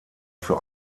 für